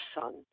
son